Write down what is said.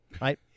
right